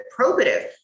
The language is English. probative